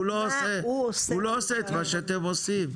הוא לא עושה את מה שאתם עושים,